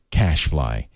cashfly